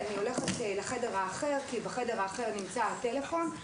הולכת לחדר אחר כי שם יש את הטלפון,